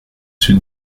sud